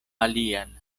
alian